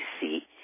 see